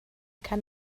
kann